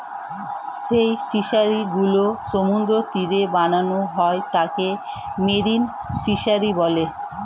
যেই ফিশারি গুলো সমুদ্রের তীরে বানানো হয় তাকে মেরিন ফিসারী বলে